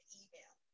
email